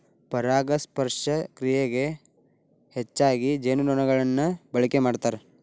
ಪರಾಗಸ್ಪರ್ಶ ಕ್ರಿಯೆಗೆ ಹೆಚ್ಚಾಗಿ ಜೇನುನೊಣಗಳನ್ನ ಬಳಕೆ ಮಾಡ್ತಾರ